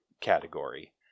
category